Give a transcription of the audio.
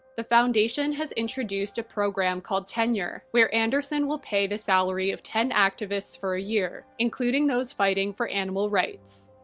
the foundation has introduced a program called tenure, where anderson will pay the salary of ten activists for a year, including those fighting for animal rights.